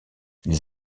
les